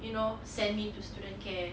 you know send me to student care